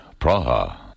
Praha